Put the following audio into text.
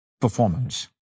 performance